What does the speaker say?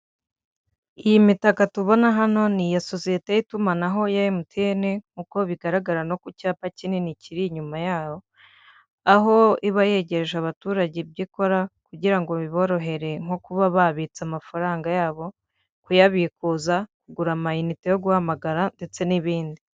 Iyi mitaka tubona hano ni iya sosiyete y'itumanaho ya MTN nk'uko bigaragara no ku cyapa kinini kiri inyuma yaho. Aho iba yegereje abaturage ibyo ikora kugira ngo biborohere nko kuba babitse amafaranga yabo, kuyabikuza, kugura amainite yo guhamagara ndetse n'ibindi.